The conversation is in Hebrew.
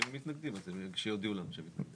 ואם הם מתנגדים אז שיודיעו לנו שהם מתנגדים.